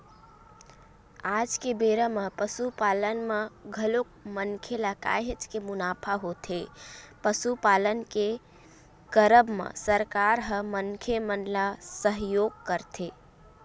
आज के बेरा म पसुपालन म घलोक मनखे ल काहेच के मुनाफा होथे पसुपालन के करब म सरकार ह मनखे मन ल सहयोग करथे